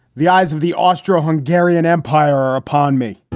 the eyes of the austro hungarian empire are upon me